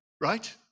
right